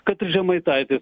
kad ir žemaitaitis